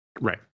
Right